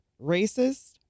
racist